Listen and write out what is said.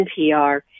NPR